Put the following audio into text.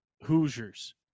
Hoosiers